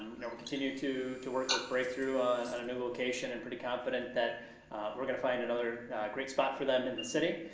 you know we're continuing to work work with breakthrough on and a new location and pretty confident that we're gonna find another great spot for them in the city.